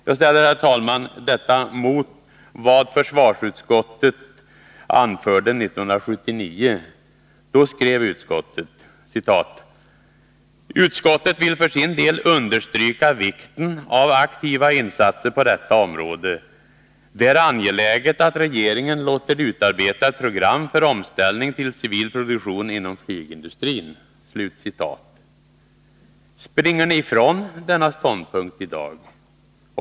Jag ställer, herr talman, detta mot vad försvarsutskottet anförde 1979. Då skrev utskottet: ”Utskottet vill för sin del understryka vikten av aktiva insatser på detta område. Det är angeläget att regeringen låter utarbeta ett program för omställning till civil produktion inom flygindustrin.” Springer ni ifrån denna ståndpunkt i dag?